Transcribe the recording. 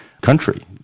country